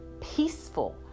peaceful